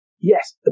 Yes